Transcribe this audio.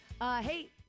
hey